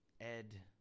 Ed